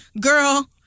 Girl